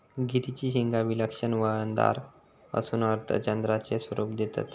गिरीची शिंगा विलक्षण वळणदार असून अर्धचंद्राचे स्वरूप देतत